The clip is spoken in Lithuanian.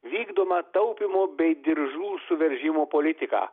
vykdomą taupymo bei diržų suveržimo politiką